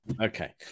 Okay